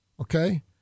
okay